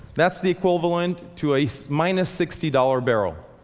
that's the equivalent to a minus sixty dollar barrel.